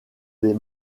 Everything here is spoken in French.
des